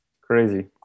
Crazy